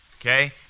okay